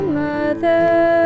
mother